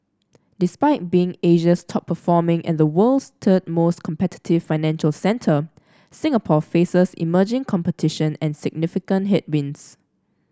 despite being Asia's top performing and the world's third most competitive financial centre Singapore faces emerging competition and significant headwinds